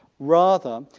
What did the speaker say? rather,